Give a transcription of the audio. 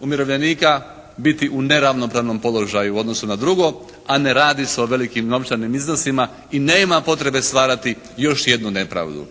umirovljenika biti u neravnopravnom položaju u odnosu na drugog, a ne radi se o velikim novčanim iznosima i nema potrebe stvarati još jednu nepravdu.